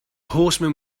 horseman